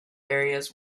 areas